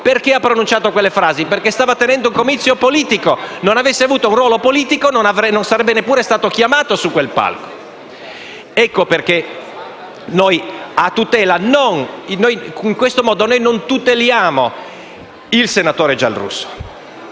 ha pronunciato quelle frasi? Perché stava tenendo un comizio politico. Non avesse avuto un ruolo politico, neanche sarebbe stato chiamato su quel palco. In questo modo noi non tuteliamo il senatore Giarrusso,